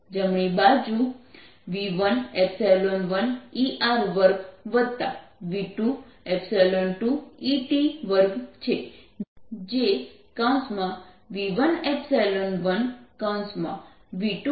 જમણી બાજુ v11ER2v22ET2 છે